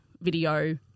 video